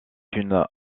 une